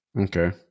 Okay